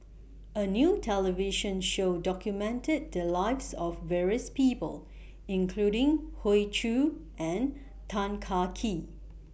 A New television Show documented The Lives of various People including Hoey Choo and Tan Kah Kee